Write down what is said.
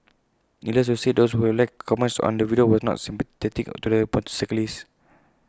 needless to say those who have left comments on the video were not sympathetic to the motorcyclist